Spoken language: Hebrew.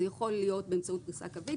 זה יכול להיות באמצעות פריסה קווית,